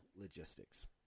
logistics